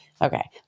Okay